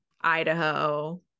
Idaho